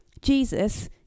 Jesus